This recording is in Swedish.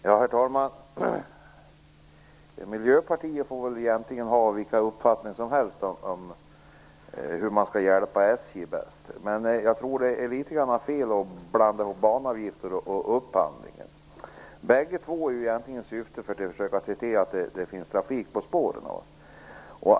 Herr talman! Miljöpartiet får väl ha vilka uppfattningar som helst hur man bäst skall hjälpa SJ. Men jag tror att det är litet fel att blanda ihop banavgifter och upphandling. Bägge två har till syfte att se till att det finns trafik på spåren.